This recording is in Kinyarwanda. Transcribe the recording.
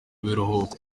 biruhuko